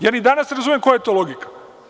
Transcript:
Ja ni danas ne razumem koja je to logika.